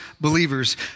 believers